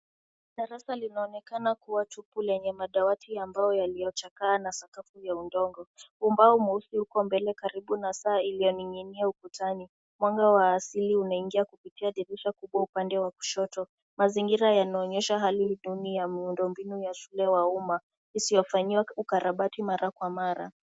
Darasa linaonekana kuwa tupu lenye madawati ya mbao yaliyochakaa na sakafu ya udongo. Ubao mweusi uko mbele karibu na saa iliyoning'inia ukutani. Mwanga wa asili unaingia kupitia dirisha kubwa upande wa kushoto. Mazingira yanaonyesha hali duni ya muundo mbinu ya shule wa umma isiyofanyiwa ukarabati mara kwa mara.